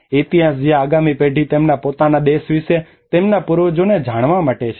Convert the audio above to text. ઇતિહાસ જ્યાં આગામી પેઢી તેમના પોતાના દેશ વિશે તેમના પૂર્વજોને જાણવા માટે છે